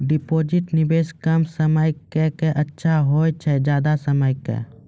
Deposit निवेश कम समय के के अच्छा होय छै ज्यादा समय के?